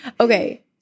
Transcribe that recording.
Okay